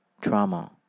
trauma